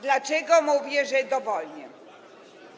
Dlaczego mówię, że dowolnie?